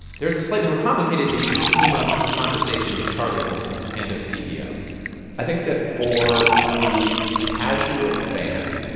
there is a slightly more complicated issue that came up in conversation with charlie olson, pando's ceo i think that for the casual fan,